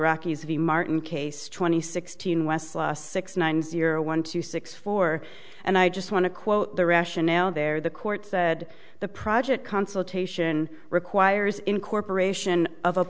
iraqis v martin case twenty sixteen west last six nine zero one two six four and i just want to quote the rationale there the court said the project consultation requires incorporation of